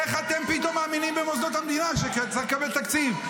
איך אתם פתאום מאמינים במוסדות המדינה כשצריך לקבל תקציב.